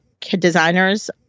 designers